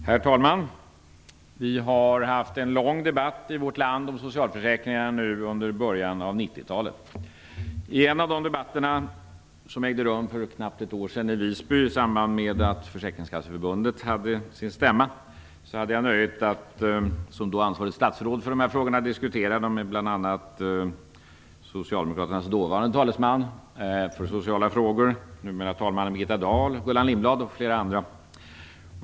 Herr talman! Vi har under början av 90-talet haft en lång debatt i vårt land om socialförsäkringarna. I en av debatterna, som ägde rum för ett år sedan i Visby i samband med Försäkringskasseförbundets stämma, hade jag som då ansvarigt statsråd för dessa frågor nöjet att diskutera dem med bl.a. Socialdemokraternas dåvarande talesman för sociala frågor, numera talmannen Birgitta Dahl, Gullan Lindblad m.fl.